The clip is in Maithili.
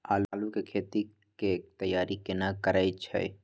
आलू के खेती के तैयारी केना करै छै?